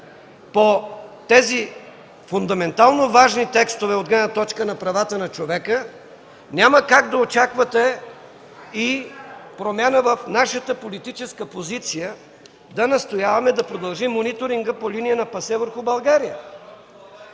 по тези фундаментално важни текстове от гледна точка на правата на човека, няма как да очаквате и промяна в нашата политическа позиция да настояваме да продължим мониторинга по линия на ПАСЕ върху България.